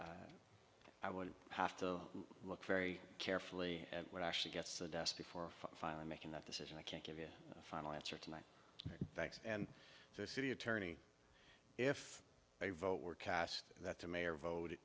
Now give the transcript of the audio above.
clear i would have to look very carefully at what actually gets the desk before finally making that decision i can't give you a final answer tonight thanks and the city attorney if a vote were cast that the mayor voted